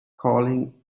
calling